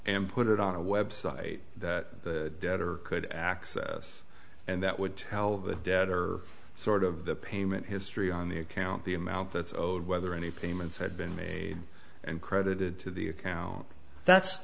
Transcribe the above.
and put it on a website that the debtor could access and that would tell the debtor sort of the payment history on the account the amount that's old whether any payments had been made and credited to the account that's